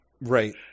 right